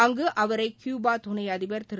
அங்கு அவரை கியூபா துணை அதிபர் திரு